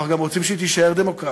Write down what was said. אבל אנחנו גם רוצים שהיא תישאר דמוקרטית.